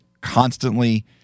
constantly